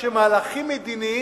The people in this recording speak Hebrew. אבל אתה מקפיא.